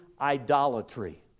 idolatry